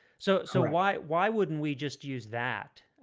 so so why why wouldn't we just use that?